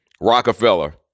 Rockefeller